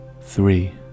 three